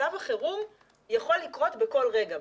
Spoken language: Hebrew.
מצב החירום יכול לקרות בכל רגע.